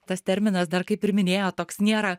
tas terminas dar kaip ir minėjot toks nėra